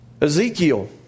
Ezekiel